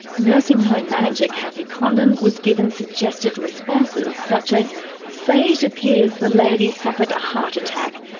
nursing home manager cathy condon was given suggested responses such as say it appears the lady suffered a heart attack.